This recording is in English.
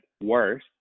worse